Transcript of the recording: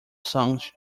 songs